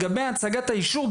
לגבי הצגת האישור,